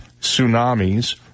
tsunamis